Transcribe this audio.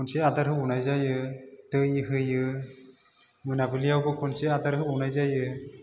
खनसे आदार होबावनाय जायो दै होयो मोनाबिलियावबो खनसे आदार होबावनाय जायो